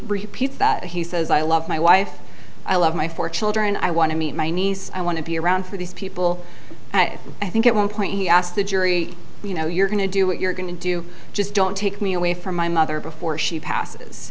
repeat that he says i love my wife i love my four children i want to meet my niece i want to be around for these people and i think at one point he asked the jury you know you're going to do what you're going to do just don't take me away from my mother before she passes